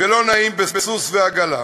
ולא נעים בסוס ועגלה,